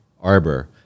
arbor